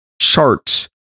charts